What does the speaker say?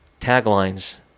Taglines